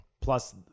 Plus